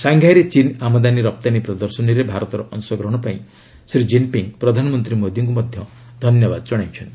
ସାଂଘାଇରେ ଚୀନ୍ ଆମଦାନୀ ରପ୍ତାନୀ ପ୍ରଦର୍ଶନରେ ଭାରତର ଅଂଶଗ୍ରହଣ ପାଇଁ ଶ୍ରୀ ଜିନ୍ପିଙ୍ଗ୍ ପ୍ରଧାନମନ୍ତ୍ରୀ ମୋଦିଙ୍କୁ ଧନ୍ୟବାଦ ଜଣାଇଛନ୍ତି